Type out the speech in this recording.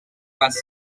pasó